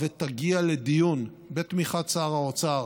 ותגיע לדיון בתמיכת שר האוצר